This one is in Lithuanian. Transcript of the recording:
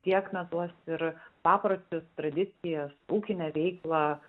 tiek na tuos ir papročius tradicijas ūkinę veiklą